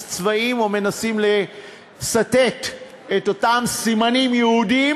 צבעים או מנסים לסתת על אותם סימנים יהודיים